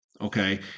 okay